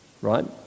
right